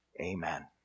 Amen